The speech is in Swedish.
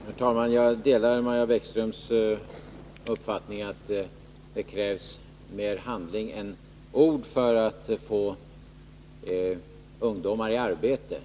Herr talman! Jag delar Maja Bäckströms uppfattning att det krävs mer av handling än ord för att få ungdomar i arbete.